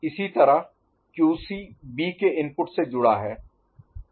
इसी तरह QC B के इनपुट से जुड़ा है